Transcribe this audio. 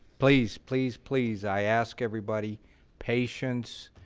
please please please i ask everybody patience.